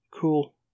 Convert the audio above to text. cool